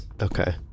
Okay